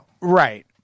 Right